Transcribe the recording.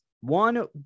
One